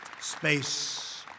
Space